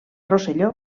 rosselló